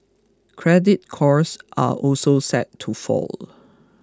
credit costs are also set to fall